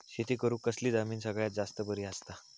शेती करुक कसली जमीन सगळ्यात जास्त बरी असता?